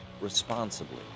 responsibly